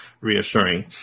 reassuring